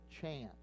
chance